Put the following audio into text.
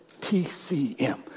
TCM